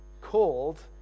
called